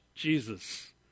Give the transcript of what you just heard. Jesus